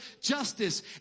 justice